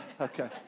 Okay